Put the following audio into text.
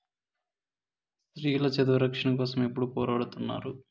స్త్రీల చదువు రక్షణ కోసం ఎప్పుడూ పోరాడుతున్నారు